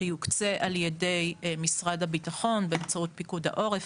שיוקצה על ידי משרד הביטחון באמצעות פיקוד העורף.